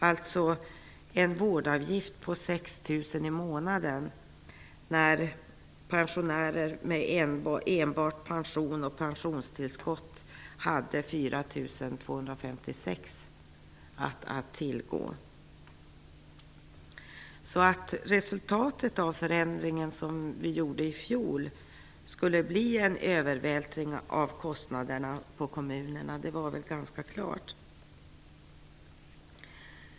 Att resultatet av den förändring som gjordes i fjol skulle bli en övervältring av kostnaderna på kommunerna var väl ganska klart.